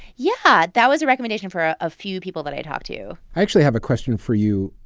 yeah, that was a recommendation for a few people that i talked to i actually have a question for you,